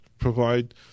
provide